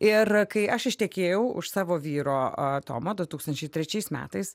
ir kai aš ištekėjau už savo vyro tomo du tūkstančiai trečiais metais